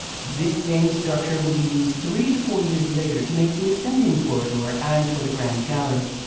this same structure will be used three to four years later to make the ascending corridor and for the grand gallery.